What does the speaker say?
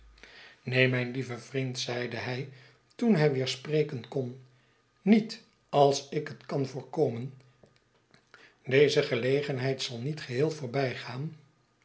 neen mijn lieve vriend zeide hij toen hij weer spreken kon niet als ik het kan voorkomen deze gelegenheid zal niet geheel